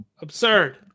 Absurd